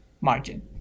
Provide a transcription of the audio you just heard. margin